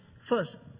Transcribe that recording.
First